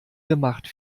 gemacht